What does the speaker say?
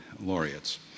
laureates